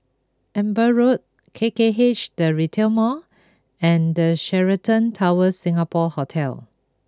Amber Road K K H the Retail Mall and Sheraton Towers Singapore Hotel